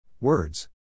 Words